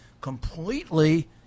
completely